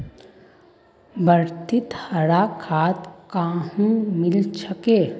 वर्धात हरा खाद कुहाँ मिल छेक